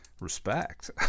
respect